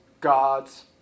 God's